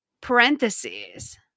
Parentheses